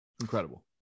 incredible